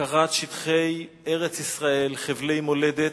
הפקרת שטחי ארץ-ישראל, חבלי מולדת,